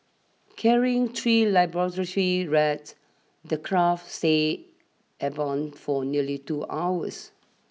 carrying three laboratory rats the craft stayed airborne for nearly two hours